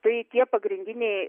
tai tie pagrindiniai